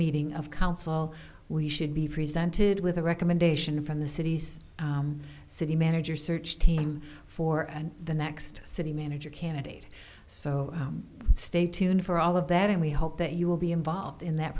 meeting of housel we should be presented with a recommendation from the city's city manager search team for the next city manager candidate so stay tuned for all of that and we hope that you will be involved in that